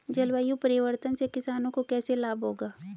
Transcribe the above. जलवायु परिवर्तन से किसानों को कैसे लाभ होगा?